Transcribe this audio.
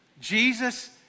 Jesus